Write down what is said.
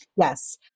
Yes